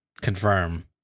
confirm